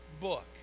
book